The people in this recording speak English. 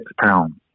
pounds